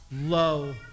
low